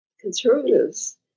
Conservatives